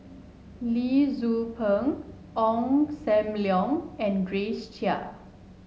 Lee Tzu Pheng Ong Sam Leong and Grace Chia